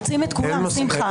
מוציאים את כולם, שמחה.